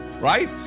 right